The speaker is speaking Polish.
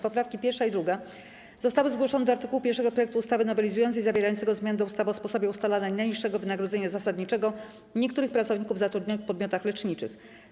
Poprawki 1. i 2. zostały zgłoszone do art. 1 projektu ustawy nowelizującej zawierającego zmiany do ustawy o sposobie ustalania najniższego wynagrodzenia zasadniczego niektórych pracowników zatrudnionych w podmiotach leczniczych.